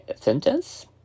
sentence